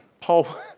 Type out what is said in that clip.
Paul